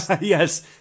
yes